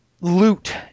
Loot